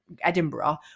Edinburgh